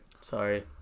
Sorry